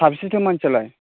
साबैसेथो मानसियालाय